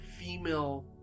female